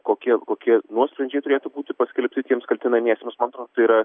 kokie kokie nuosprendžiai turėtų būti paskelbti tiems kaltinamiesiems man atrodo tai yra